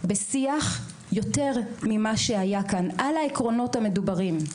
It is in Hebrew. בשיח יותר ממה שהיה כאן, על העקרונות המדוברים.